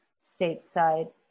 stateside